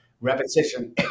Repetition